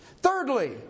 Thirdly